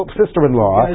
sister-in-law